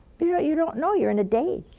you know, you don't know. you're in a daze.